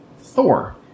Thor